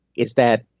is that